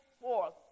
forth